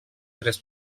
tres